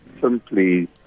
simply